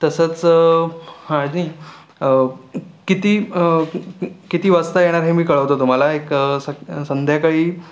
तसंच हा नि किती किती वाजता येणार हे मी कळवतो तुम्हाला एक स संध्याकाळी